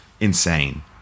insane